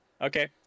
Okay